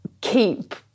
keep